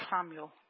Samuel